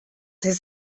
his